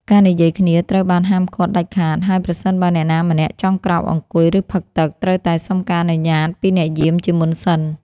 ការនិយាយគ្នាត្រូវបានហាមឃាត់ដាច់ខាត ហើយប្រសិនបើអ្នកណាម្នាក់ចង់ក្រោកអង្គុយ ឬផឹកទឹក ត្រូវតែសុំការអនុញ្ញាតពីអ្នកយាមជាមុនសិន។